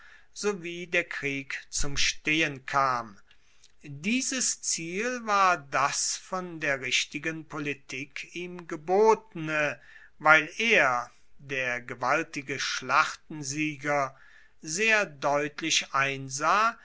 sowie der krieg zum stehen kam dieses ziel war das von der richtigen politik ihm gebotene weil er der gewaltige schlachtensieger sehr deutlich einsah